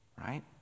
right